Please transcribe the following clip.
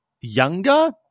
younger